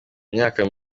myaka